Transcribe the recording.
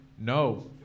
no